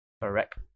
Correct